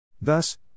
Thus